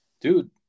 dude